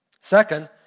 Second